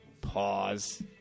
Pause